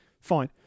Fine